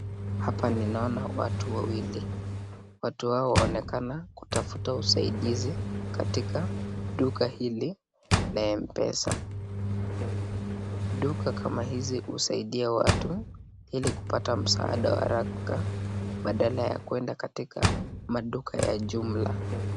Hapa ninaona watu wawili. Watu hawa waonekana kutafuta usaidizi katika duka hili la Mpesa. Duka kama hizi husaidia watu ili kupata msaada wa haraka badala ya kuenda katika maduka ya jumla.